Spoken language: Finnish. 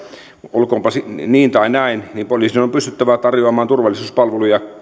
olkoonpa niin niin tai näin poliisin on pystyttävä tarjoamaan turvallisuuspalveluja